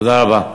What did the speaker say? תודה רבה.